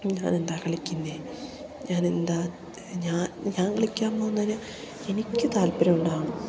ഞാൻ എന്താണ് കളിക്കുന്നത് ഞാൻ എന്താണ് ഞാൻ കളിക്കാൻ പോകുന്നത് എനിക്ക് താല്പര്യം ഉണ്ടാവണം